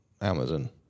Amazon